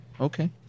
Okay